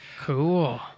Cool